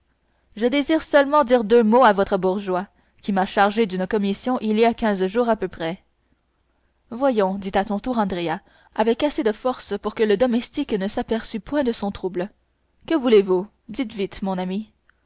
je désire seulement dire deux mots à votre bourgeois qui m'a chargé d'une commission il y a quinze jours à peu près voyons dit à son tour andrea avec assez de force pour que le domestique ne s'aperçût point de son trouble que voulez-vous dites vite mon ami